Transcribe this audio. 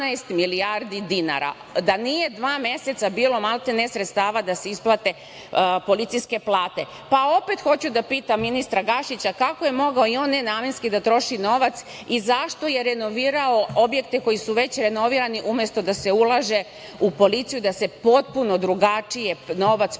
da nije dva meseca bilo maltene sredstava da se isplate policijske plate. Opet hoću da pitam ministra Gašića kako je mogao i on nenamenski da troši novac i zašto je renovirao objekte koji su već renovirani, umesto da se ulaže u policiju, da se potpuno drugačije novac